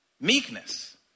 Meekness